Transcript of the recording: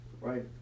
right